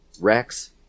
Rex